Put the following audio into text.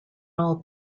all